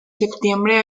septiembre